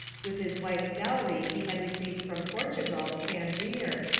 with his wife's dowry he had re ceived from portugal, tangier,